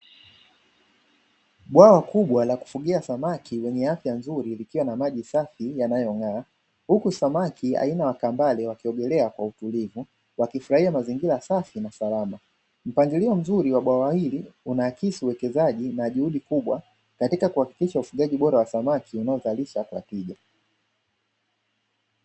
Bwawa kubwa la kufugia samaki wenye afya nzuri likiwa na maji safi yanayong'aa, huku samaki aina ya kambale wakiendelea kwa utulivu wakifurahia mazingira safi na salama, mpangilio mzuri wa bwawa hili unaakisi uwekezaji na juhudi kubwa katika kuhakikisha ufugaji bora wa samaki unaozalisha kwa tija.